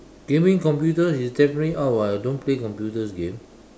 gaming computers is definitely out [what] I don't play computers game